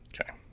Okay